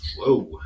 Whoa